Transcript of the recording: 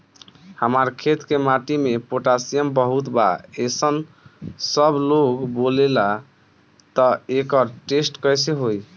हमार खेत के माटी मे पोटासियम बहुत बा ऐसन सबलोग बोलेला त एकर टेस्ट कैसे होई?